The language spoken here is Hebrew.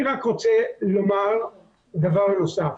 אני רוצה לומר דבר נוסף.